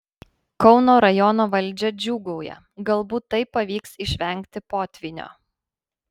kauno rajono valdžia džiūgauja galbūt taip pavyks išvengti potvynio